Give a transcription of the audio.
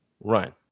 run